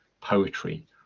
poetry